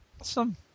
Awesome